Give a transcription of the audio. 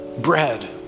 bread